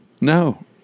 No